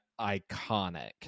iconic